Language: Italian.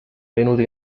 venuto